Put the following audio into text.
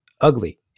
ugly